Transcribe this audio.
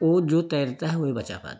वो जो तैरता है वो ही बचा पाता है